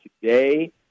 today